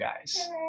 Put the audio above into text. guys